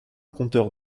compteur